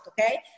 Okay